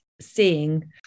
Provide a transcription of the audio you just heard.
seeing